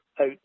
out